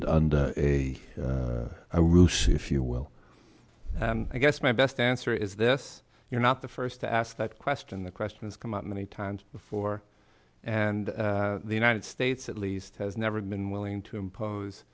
albeit under a roof if you will and i guess my best answer is this you're not the first to ask that question the questions come up many times before and the united states at least has never been willing to impose